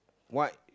what